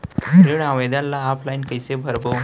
ऋण आवेदन ल ऑफलाइन कइसे भरबो?